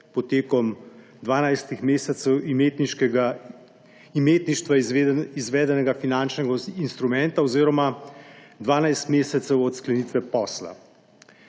potekom 12 mesecev imetništva izvedenega finančnega instrumenta oziroma 12 mesecev od sklenitve posla.